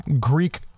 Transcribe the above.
greek